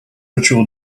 ritual